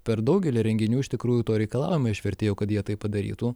per daugelį renginių iš tikrųjų to reikalaujama iš vertėjo kad jie tai padarytų